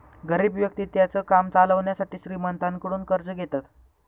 गरीब व्यक्ति त्यांचं काम चालवण्यासाठी श्रीमंतांकडून कर्ज घेतात